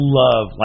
love